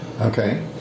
Okay